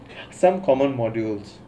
some common modules